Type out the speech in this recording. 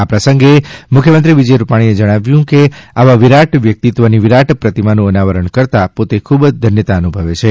આ પ્રસંગે મુખ્યમંત્રી વિજય રૂપાણીએ જણાવ્યું છે કે આવા વિરાટ વ્યક્તિત્વની વિરાટ પ્રતિમાનું અનાવરણ કરતાં પોતે ખૂબ ધન્યતા અનુભવે છે